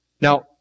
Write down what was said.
Now